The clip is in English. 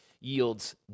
yields